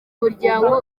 muryango